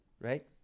right